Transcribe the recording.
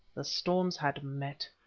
the storms had met.